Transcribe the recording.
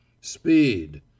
Speed